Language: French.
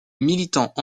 militant